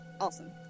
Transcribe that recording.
awesome